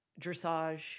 dressage